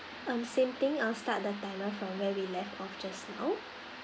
um same thing I'll start the timer from where we left off just now